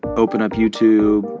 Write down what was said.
open up youtube.